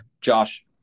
Josh